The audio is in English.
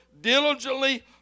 diligently